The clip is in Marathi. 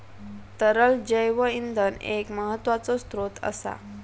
तरल जैव इंधन एक महत्त्वाचो स्त्रोत असा